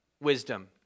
wisdom